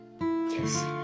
Yes